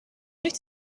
nicht